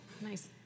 Nice